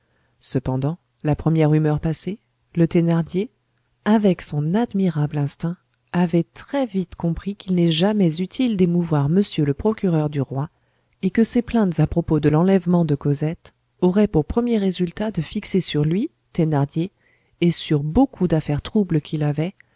cependant la première humeur passée le thénardier avec son admirable instinct avait très vite compris qu'il n'est jamais utile d'émouvoir monsieur le procureur du roi et que ses plaintes à propos de l'enlèvement de cosette auraient pour premier résultat de fixer sur lui thénardier et sur beaucoup d'affaires troubles qu'il avait